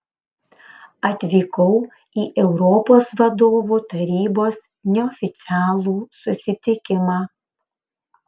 atvykau į europos vadovų tarybos neoficialų susitikimą